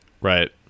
right